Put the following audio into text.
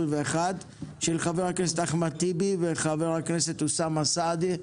של חבר הכנסת אחמד טיבי וחבר הכנסת אוסאמה סעדי.